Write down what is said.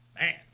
Man